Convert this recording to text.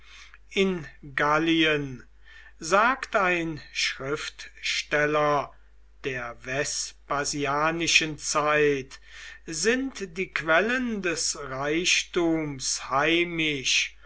in gallien sagt ein schriftsteller der vespasianischen zeit sind die quellen des reichtums heimisch